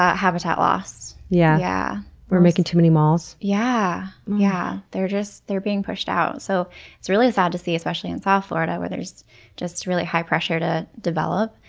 habitat loss. yeah we're making too many malls? yeah, yeah they're just. they're being pushed out. so it's really sad to see, especially in south florida where there's really high pressure to develop,